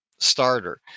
starter